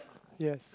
yes